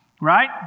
Right